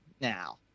now